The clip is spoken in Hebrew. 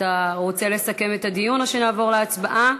אתה רוצה לסכם את הדיון או שנעבור להצבעה?